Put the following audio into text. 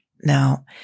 Now